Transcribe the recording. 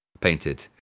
painted